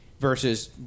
versus